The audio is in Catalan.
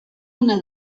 ona